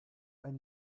ein